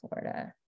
Florida